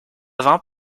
avant